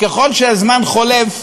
שככל שהזמן חולף,